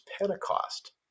Pentecost